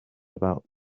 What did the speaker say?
about